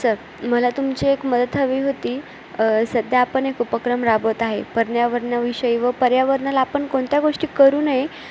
sir मला तुमची एक मदत हवी होती सध्या आपण एक उपक्रम राबवत आहे परन्यावरणाविषयी व पर्यावरणाला आपण कोणत्या गोष्टी करू नये